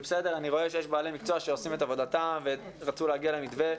אני רואה שיש בעלי מקצוע שעושים את עבודתם ורצו להגיע למתווה,